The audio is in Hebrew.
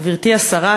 גברתי השרה,